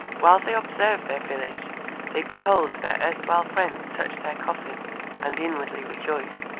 while they observe their village they behold their erstwhile friends touch their coffin and inwardly rejoice.